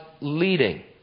leading